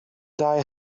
die